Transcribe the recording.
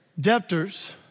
debtors